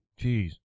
Jeez